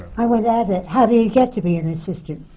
i want to add how do you get to be an assistant.